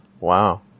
Wow